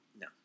No